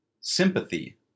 sympathy